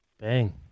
Bang